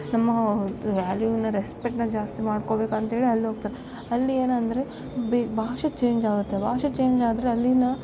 ನಮ್ಮ ಒಂದು ವ್ಯಾಲ್ಯೂವಿನ ರೆಸ್ಪೆಕ್ಟ್ನ ಜಾಸ್ತಿ ಮಾಡಿಕೊಳ್ಬೇಕಂತೇಳಿ ಅಲ್ಲಿ ಹೋಗ್ತಾರೆ ಅಲ್ಲಿ ಏನಂದರೆ ಭಾಷೆ ಚೇಂಜ್ ಆಗುತ್ತೆ ಭಾಷೆ ಚೇಂಜ್ ಆದರೆ ಅಲ್ಲಿನ